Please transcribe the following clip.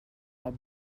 i’ll